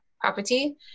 property